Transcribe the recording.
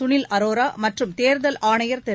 சுளில் ஆரோரா மற்றும் தேர்தல் ஆணையர் திரு